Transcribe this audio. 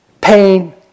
pain